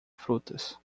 frutas